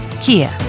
Kia